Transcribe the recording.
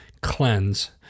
cleanse